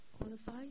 qualify